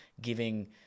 giving